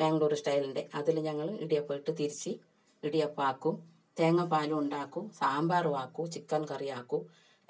മാംഗ്ലൂർ സ്റ്റൈലിൻ്റെ അതിൽ ഞങ്ങൾ ഇടിയപ്പം ഇട്ട് തിരിച്ച് ഇടിയപ്പം ആക്കും തേങ്ങാപ്പാലും ഉണ്ടാക്കും സാമ്പാറും ആക്കും ചിക്കൻ കറി ആക്കും